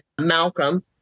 Malcolm